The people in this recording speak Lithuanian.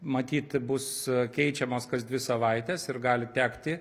matyt bus keičiamos kas dvi savaites ir gali tekti